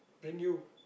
bring you